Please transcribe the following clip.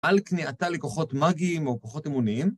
על כניעתה לכוחות מאגיים או כוחות אמוניים?